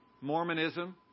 Mormonism